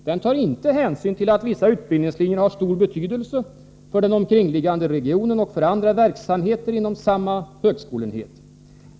Den tar inte hänsyn till att vissa utbildningslinjer har stor betydelse för den omkringliggande regionen och för andra verksamheter inom samma högskoleenhet.